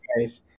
guys